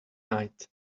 night